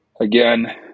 Again